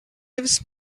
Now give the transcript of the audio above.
lives